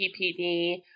PPD